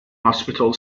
hospital